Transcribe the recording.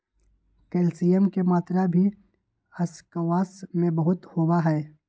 calcium के मात्रा भी स्क्वाश में बहुत होबा हई